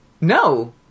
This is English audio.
No